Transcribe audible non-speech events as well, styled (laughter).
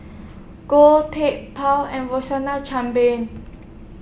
Goh Teck Phuan and (unintelligible) Chan Pang